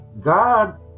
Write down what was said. God